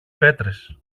πέτρες